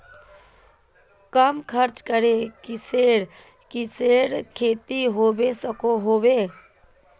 कम खर्च करे किसेर किसेर खेती होबे सकोहो होबे?